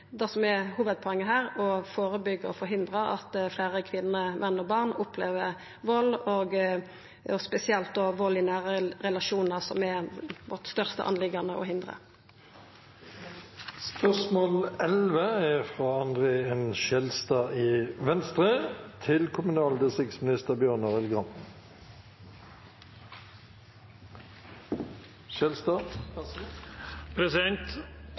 det som er hovudpoenget her: å førebyggja og forhindra at fleire kvinner, menn og barn opplever vald, og da spesielt vald i nære relasjonar, som det er vår største oppgåve å hindra. «Aftenposten oppsummerte 9. februar virvaret av ukjente utfall regjeringen kaster kommunene og fylkene inn i